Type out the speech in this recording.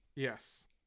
Yes